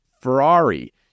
Ferrari